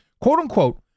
quote-unquote